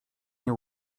nie